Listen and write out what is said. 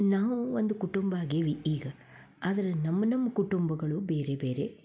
ನಾವು ಒಂದು ಕುಟುಂಬ ಆಗೀವಿ ಈಗ ಆದರೆ ನಮ್ಮ ನಮ್ಮ ಕುಟುಂಬಗಳು ಬೇರೆ ಬೇರೆ